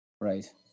Right